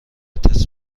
تست